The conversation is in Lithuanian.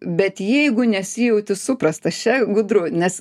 bet jeigu nesijauti suprastas čia gudru nes